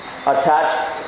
attached